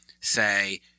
say –